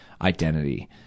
identity